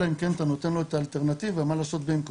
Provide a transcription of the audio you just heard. אלא אם כן אתה נותן לו את האלטרנטיבה מה לעשות במקום.